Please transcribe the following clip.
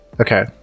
Okay